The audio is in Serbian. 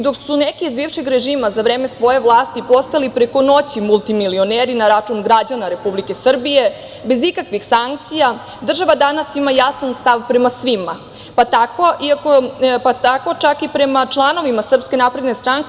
Dok su neki iz bivšeg režima za vreme svoje vlasti postali preko noći multimilioneri na račun građana Republike Srbije bez ikakvih sankcija, država danas ima jasan stav prema svima, pa tako čak i prema članovima SNS.